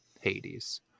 Hades